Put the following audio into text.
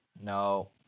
No